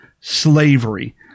slavery